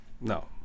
No